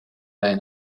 end